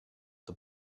the